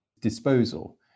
disposal